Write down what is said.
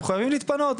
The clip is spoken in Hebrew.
הם מחויבים להתפנות,